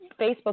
Facebook